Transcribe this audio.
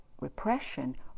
repression